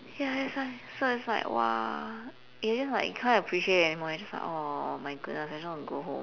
ya that's why so it's like !wah! you're just like I can't appreciate it anymore it's just like oh oh my goodness I just want to go home